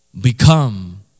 become